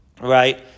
right